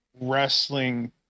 wrestling